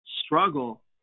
struggle